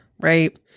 right